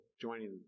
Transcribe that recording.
joining